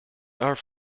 are